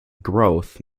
growth